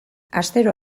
astero